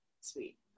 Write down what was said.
sweet